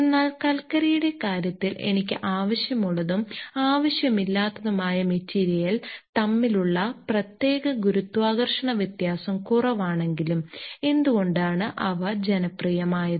എന്നാൽ കൽക്കരിയുടെ കാര്യത്തിൽ എനിക്ക് ആവശ്യമുള്ളതും ആവശ്യമില്ലാത്തതുമായ മെറ്റീരിയൽ തമ്മിലുള്ള പ്രത്യേക ഗുരുത്വാകർഷണ വ്യത്യാസം കുറവാണെങ്കിലും എന്തുകൊണ്ടാണ് അവ ജനപ്രിയമായത്